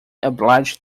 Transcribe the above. obliged